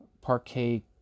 Parquet